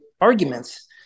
arguments